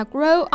Grow